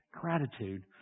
Gratitude